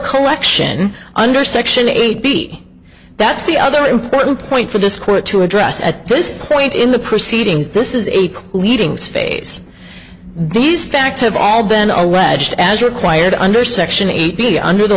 collection under section eight b that's the other important point for this court to address at this point in the proceedings this is a leading space these facts have all been a wedge to as required under section eight b under the